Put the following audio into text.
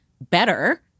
better